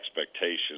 expectations